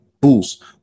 boost